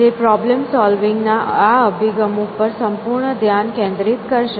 જે problem solving ના આ અભિગમો પર સંપૂર્ણ ધ્યાન કેન્દ્રિત કરશે